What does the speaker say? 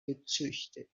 gezüchtet